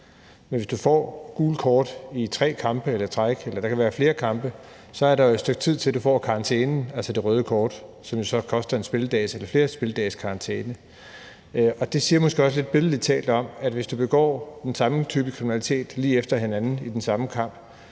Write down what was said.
Men hvis du får gule kort i tre kampe i træk eller der går flere kampe imellem, så er der jo et stykke tid til, du får karantænen, altså det røde kort, som så koster en spilledags eller flere spilledages karantæne. Og det siger måske også noget lidt billedligt om, at hvis du begår den samme type kriminalitet lige efter hinanden i den samme kamp,